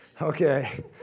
Okay